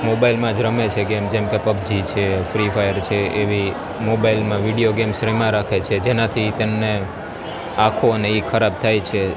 મોબાઈલમાં જ રમે છે ગેમ જેમ કે પબજી છે કે ફ્રી ફાયર છે એવી મોબાઈલમાં વિડીયો ગેમ્સ રમ્યા રાખે છે જેનાથી તેમને આંખોને એ ખરાબ થાય છે